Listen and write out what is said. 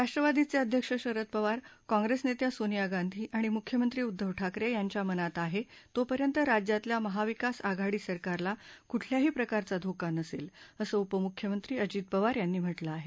राष्ट्रवादीचे अध्यक्ष शरद पवार काँग्रेस नेत्या सोनिया गांधी आणि मुख्यमंत्री उद्घव ठाकरे यांच्या मनात आहे तोपर्यंत राज्यातल्या महाविकास आघाडी सरकारला कुठल्याही प्रकारचा धोका नसेल असं उपमुख्यमंत्री अजित पवार यांनी म्हटलं आहे